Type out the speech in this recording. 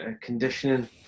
conditioning